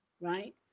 right